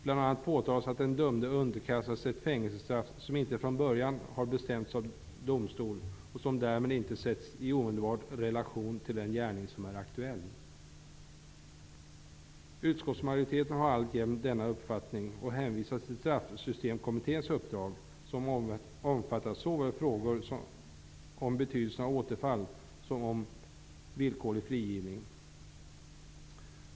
Bl.a. påtalades att den dömde underkastades ett fängelsestraff, som inte från början har bestämts av domstol och som därmed inte sätts i omedelbar relation till den gärning som är aktuell. Utskottsmajoriteten har alltjämt denna uppfattning och hänvisar till Straffsystemkommitténs uppdrag, som omfattar frågor såväl om betydelsen av återfall som om villkorlig frigivning.